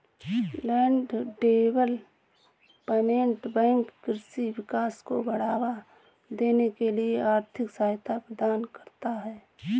land development bank कृषि विकास को बढ़ावा देने के लिए आर्थिक सहायता प्रदान करता है